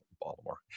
Baltimore